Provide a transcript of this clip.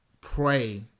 pray